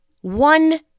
one